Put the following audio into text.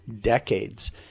decades